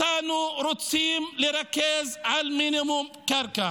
אותנו רוצים לרכז על מינימום קרקע.